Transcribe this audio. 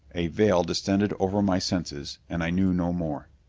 a veil descended over my senses and i knew no more.